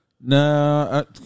No